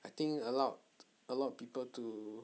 I think allowed allowed people to